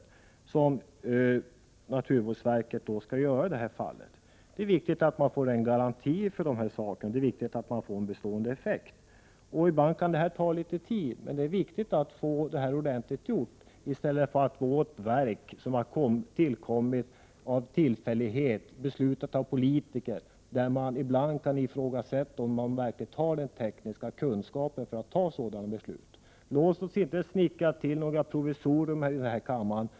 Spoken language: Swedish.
I det här fallet är det naturvårdsverket som skall göra det. Det är viktigt att man får en garanti för de här sakerna. Ibland kan det här ta litet tid, men det är viktigt att få det ordentligt gjort. Låt oss inte åstadkomma ett verk som tillkommit av tillfällighet, beslutat av politiker, där man ibland kan ifrågasätta om de verkligen har den tekniska kunskapen att fatta sådana beslut. Låt oss inte snickra till några provisorier här i kammaren!